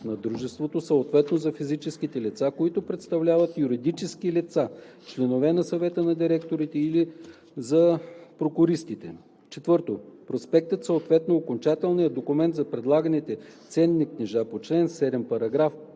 на дружеството, съответно за физическите лица, които представляват юридически лица, членове на съвета на директорите или за прокуристите; 4. проспектът, съответно окончателният документ за предлаганите ценни книжа по чл. 7, параграф